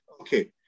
Okay